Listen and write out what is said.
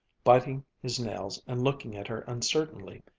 biting his nails and looking at her uncertainly,